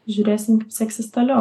žiūrėsim kaip seksis toliau